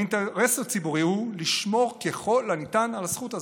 האינטרס הציבורי הוא לשמור ככל הניתן על הזכות הזאת,